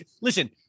listen